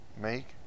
make